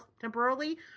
temporarily